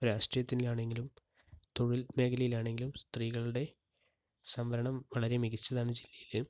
രാഷ്ട്രീയത്തിൽ ആണെങ്കിലും തൊഴിൽ മേഖലയിലാണെങ്കിലും സ്ത്രീകളുടെ സംവരണം വളരെ മികച്ചതാണ് ജില്ലയിൽ